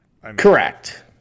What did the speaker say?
Correct